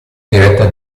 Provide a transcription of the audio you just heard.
diretta